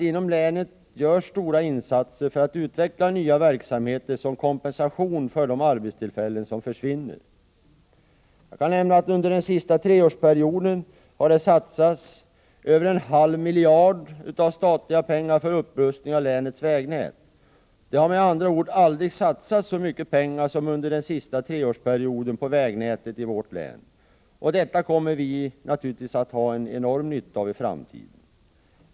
Inom länet görs stora insatser för att utveckla nya verksamheter som kompensation för de arbetstillfällen som försvinner. Under den sista treårsperioden har det satsats över en halv miljard av statliga pengar för upprustning av länets vägnät. Det har med andra ord aldrig satsats så mycket pengar som under den sista treårsperioden på vägnätet i vårt län. Detta kommer vi naturligtvis att ha en enorm nytta av i framtiden.